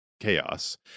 chaos